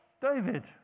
David